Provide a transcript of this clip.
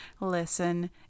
listen